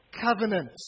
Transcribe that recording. covenant